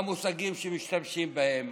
גם המושגים שמשתמשים בהם.